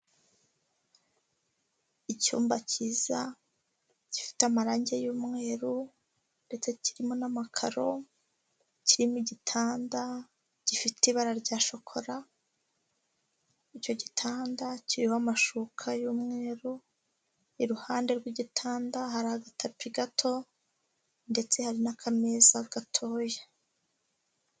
Icyumba cyiza gifite amarangi y'mweru, ndetse kirimo n'amakaro, kirimo igitanda gifite ibara rya shokora, icyo gitanda kirimo amashuka y'umweru, iruhande rw'igitanda hari agatapi gato, ndetse hari n'akameza gatoya.